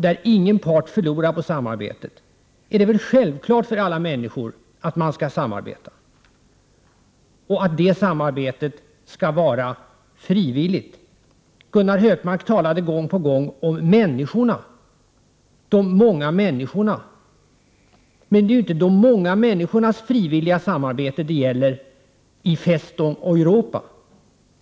Där ingen part förlorar på samarbetet är det väl självklart för alla människor att man skall samarbeta och att det samarbetet skall vara frivilligt. Gunnar Hökmark talade gång på gång om människorna, de många människorna. Men det är ju inte de många människornas frivilliga samarbete det gäller i ”Festung Europa”.